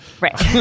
right